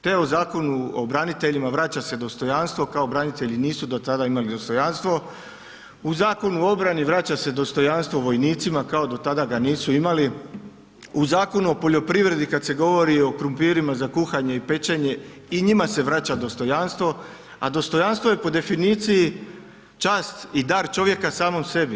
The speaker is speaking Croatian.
Te o Zakonu o braniteljima, vraća se dostojanstvo, kao branitelji nisu do tada imali dostojanstvo, u Zakonu o obrani vraća se dostojanstvo vojnicima, kao do tada ga nisu imali, u Zakonu o poljoprivredi, kad se govori o krumpirima za kuhanje i pečenje, i njima se vraća dostojanstvo, a dostojanstvo je po definiciji čast i dar čovjeka samom sebi.